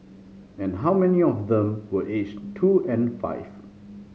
how many of them were aged two and five